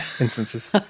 instances